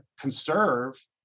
conserve